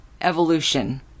evolution